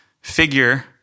figure